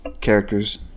characters